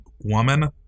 woman